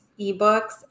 ebooks